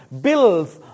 bills